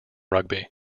rugby